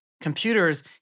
computers